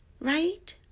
right